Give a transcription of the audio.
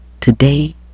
today